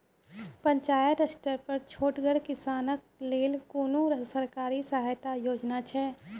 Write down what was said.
पंचायत स्तर पर छोटगर किसानक लेल कुनू सरकारी सहायता योजना छै?